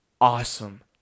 awesome